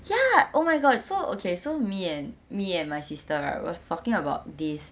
ya oh my god so okay so me and me and my sister right was talking about this